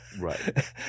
Right